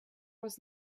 was